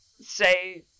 say